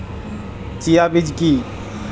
Chia বীজ কী?